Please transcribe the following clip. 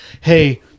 Hey